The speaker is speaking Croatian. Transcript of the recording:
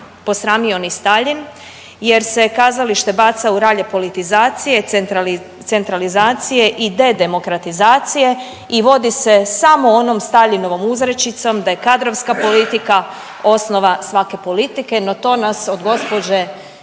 posramio ni Staljin jer se kazalište baca u ralje politizacije, centralizacije i de demokratizacije i vodi se samo onom Staljinovom uzrečicom da je kadrovska politika osnova svake politike, no to nas od gđe.